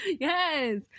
Yes